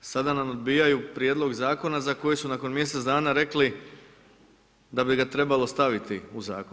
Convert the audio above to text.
Sada nam odbijaju prijedlog zakona za koji su nakon mjesec dana rekli da bi ga trebalo staviti u zakon.